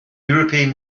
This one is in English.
europe